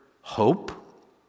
hope